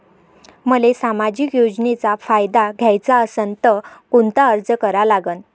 मले सामाजिक योजनेचा फायदा घ्याचा असन त कोनता अर्ज करा लागन?